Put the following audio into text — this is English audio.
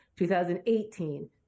2018